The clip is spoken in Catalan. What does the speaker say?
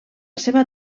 seva